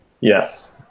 Yes